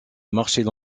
marchaient